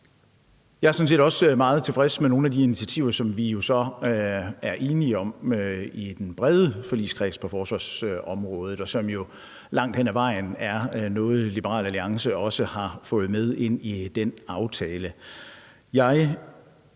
også meget tilfreds med nogle af de initiativer, som vi jo så er enige om i den brede forligskreds på forsvarsområdet, og som jo langt hen ad vejen også er noget, Liberal Alliance har fået med ind i den aftale.